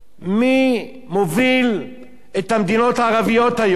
מי מוביל את המדינות הערביות היום?